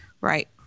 Right